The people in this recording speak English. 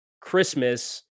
Christmas